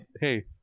hey